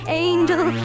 angel